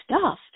stuffed